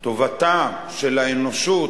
ולטובתה של האנושות,